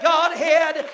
Godhead